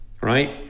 right